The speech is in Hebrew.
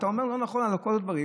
אתה אומר "לא נכון" על כל הדברים,